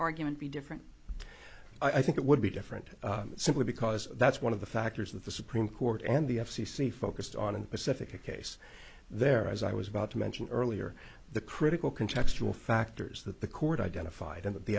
argument be different i think it would be different simply because that's one of the factors that the supreme court and the f c c focused on in pacifica case there as i was about to mention earlier the critical contextual factors that the court identified in that the